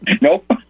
Nope